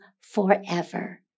forever